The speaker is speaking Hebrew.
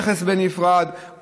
מכס בנפרד,